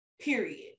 Period